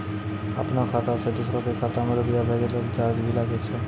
आपनों खाता सें दोसरो के खाता मे रुपैया भेजै लेल चार्ज भी लागै छै?